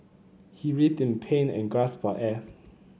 he writhed in pain and gasped for air